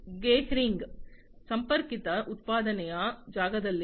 Gehring ಸಂಪರ್ಕಿತ ಉತ್ಪಾದನೆಯ ಜಾಗದಲ್ಲಿದೆ